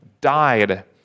died